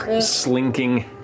slinking